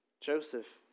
Joseph